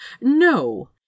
No